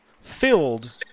filled